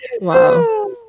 Wow